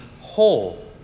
whole